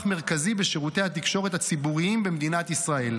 מרכזי בשירותי התקשורת הציבוריים במדינת ישראל.